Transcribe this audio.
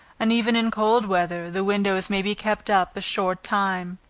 and even in cold weather, the windows may be kept up a short time,